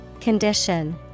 Condition